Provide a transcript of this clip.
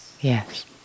Yes